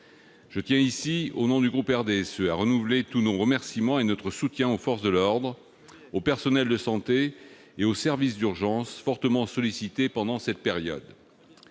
Je tiens ici, au nom du groupe du RDSE, à renouveler tous nos remerciements et notre soutien aux forces de l'ordre, aux personnels de santé et aux services d'urgence, très sollicités pendant cette période.